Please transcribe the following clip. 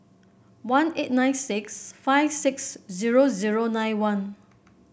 one eight nine six five six zero zero nine one